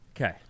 Okay